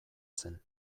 zen